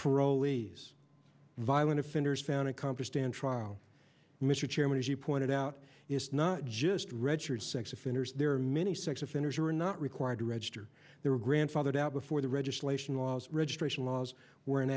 parolees violent offenders found accomplish stand trial mr chairman as you pointed out it's not just registered sex offenders there are many sex offenders who are not required to register they were grandfathered out before the registration laws registration laws were